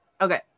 Okay